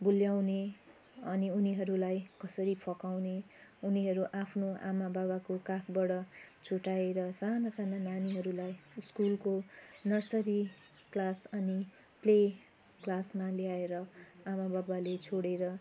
भुल्याउने अनि उनीहरूलाई कसरी फकाउने उनीहरू आफ्नो आमा बाबाको काखबाट छुट्याएर साना साना नानीहरूलाई स्कुलको नर्सरी क्लास अनि प्ले क्लासमा ल्याएर आमा बाबाले छोडेर